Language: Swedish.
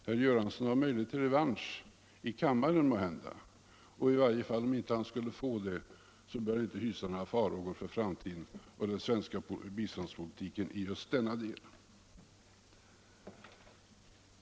Herr Göransson har möjligheter till revansch, i kammaren måhända, och i varje fall — om han inte skulle få det — bör han ändå inte hysa några farhågor för framtiden för den svenska biståndspolitiken i just denna del.